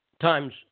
Times